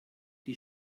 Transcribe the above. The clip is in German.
die